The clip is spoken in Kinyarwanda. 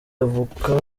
avuka